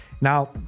Now